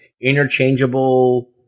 interchangeable